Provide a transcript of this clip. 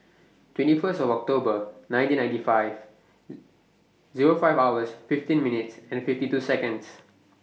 twenty First of October nineteen ninety five Zero five hours fifteen minutes and fifty two seonds